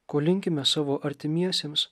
ko linkime savo artimiesiems